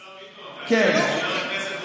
השר ביטון, חבר הכנסת הורביץ,